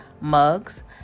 mugs